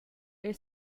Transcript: era